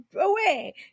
away